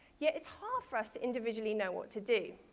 yet, it's hard for us to individually know what to do.